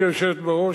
התשע"ב 2012,